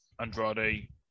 Andrade